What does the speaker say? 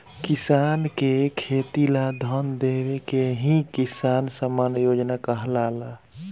किसान के खेती ला धन देवे के ही किसान सम्मान योजना कहाला